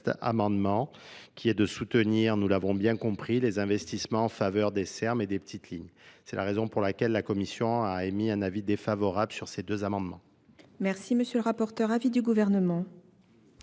amendement, qui est de soutenir nous l'avons bien compris les investissements en faveur des Ser Ms et des petites lignes, c'est C'est la raison pour laquelle la commission a émis un avis défavorable sur ces deux amendements M.. le rapporteur, avis du Gouvernement.